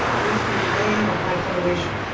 though it be the day of my coronation,